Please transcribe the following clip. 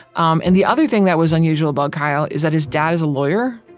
um and the other thing that was unusual about kyle is that his dad is a lawyer.